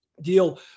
deal